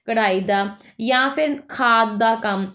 ਕਢਾਈ ਦਾ ਜਾਂ ਫਿਰ ਖਾਦ ਦਾ ਕੰਮ